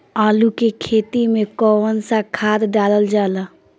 आलू के खेती में कवन सा खाद डालल जाला?